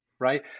Right